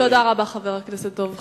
תודה רבה, חבר הכנסת דב חנין.